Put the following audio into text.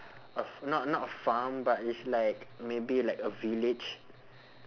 a f~ not not a farm but it's like maybe like a village